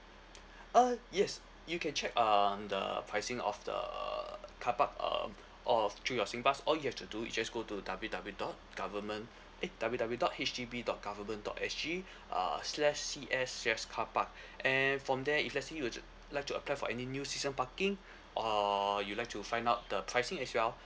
uh yes you can check um the pricing of the err carpark um of through your singpass all you have to do is just go to W W dot government eh W W dot H D B dot government dot S G uh slash C S slash carpark and from there if let's say you were to like to apply for any new season parking or you'd like to find out the pricing as well